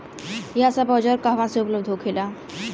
यह सब औजार कहवा से उपलब्ध होखेला?